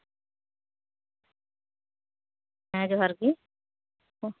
ᱦᱮᱸ ᱡᱚᱦᱟᱨᱜᱮ